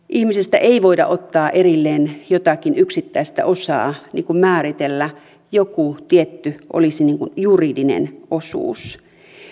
ihmisestä ei voida ottaa erilleen jotakin yksittäistä osaa määritellä että joku tietty olisi niin kuin juridinen osuus